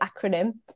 acronym